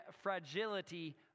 fragility